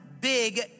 Big